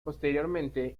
posteriormente